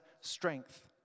strength